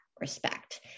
respect